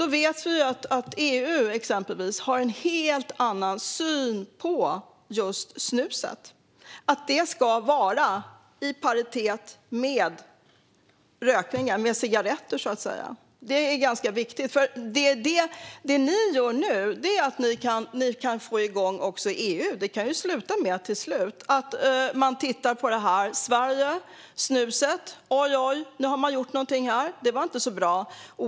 Vi vet att EU har en helt annan syn på just snuset och menar att det ska vara i paritet med cigaretter. Det är ganska viktigt. Det ni gör nu är att ni kan få igång EU. Det här kan sluta med att man tittar på det här med Sverige och snuset och konstaterar: Ojoj, nu har man gjort någonting här, och det var inte så bra.